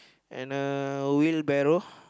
and a wheelbarrow